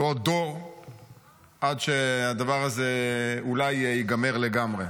ועוד דור עד שהדבר הזה אולי ייגמר לגמרי.